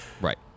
Right